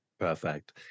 Perfect